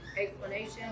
explanation